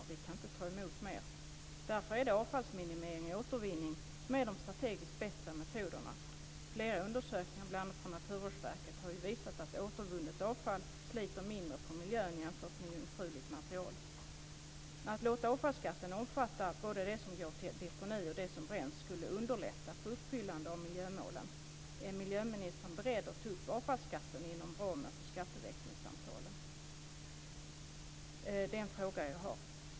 Vi kan inte ta emot mer." Därför är det avfallsminimering och återvinning som är de strategiskt bästa metoderna. Flera undersökningar från bl.a. Naturvårdsverket har visat att återvunnet avfall sliter mindre på miljön jämfört med jungfruligt material. Att låta avfallsskatten omfatta både det som går till deponi och det som bränns skulle underlätta för uppfyllande av miljömålen. Är miljöministern beredd att ta upp avfallsskatten inom ramen för skatteväxlingssamtalen? Den är en fråga som jag har.